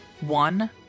One